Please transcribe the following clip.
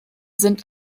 sind